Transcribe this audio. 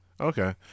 Okay